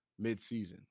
midseason